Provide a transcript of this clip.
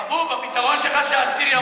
חבוב, הפתרון שלך הוא שהאסיר ימות?